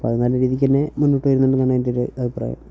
അപ്പോൾ അത് നല്ല രീതിയ്ക്ക് തന്നെ മുന്നോട്ടുവരുന്നുണ്ടെന്നാണ് എൻ്റെ ഒരു അഭിപ്രായം